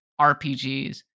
RPGs